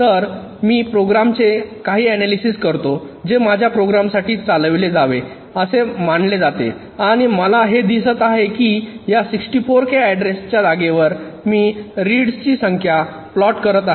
तर मी प्रोग्रामचे काही अनॅलिसिस करतो जे माझ्या प्रोग्रॅमसाठी चालविले जावे असे मानले जाते आणि मला हे दिसते आहे की या 64k ऍड्रेस च्या जागेवर मी रीड्स ची संख्या प्लॉट करत आहे